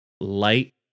light